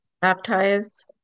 baptized